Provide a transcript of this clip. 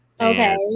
Okay